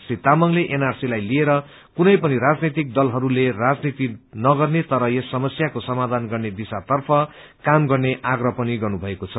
श्री तामाङले एनआरसीलाई लिएर कुनै पनि राजनैतिक दलहरूले राजनीति नगर्ने तर यस समस्याको समाधान गर्ने दिशातर्फ काम गर्ने आग्रह पनि गर्नुभएको छ